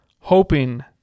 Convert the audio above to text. hoping